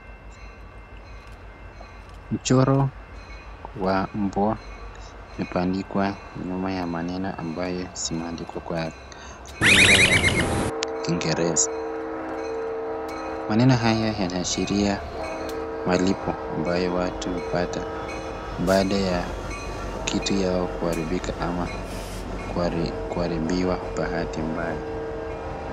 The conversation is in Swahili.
Mchoro wa mbwa imepandikwa nyuma ya maneno ambayo simandikwa kwa lugha yake Kiingereza. Maneno haya yanaashiria malipo ambayo watu hupata baada ya kitu yao kuharibika ama kuharibiwa bahati mbaya.